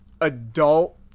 adult